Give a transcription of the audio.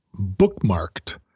bookmarked